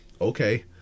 Okay